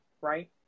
right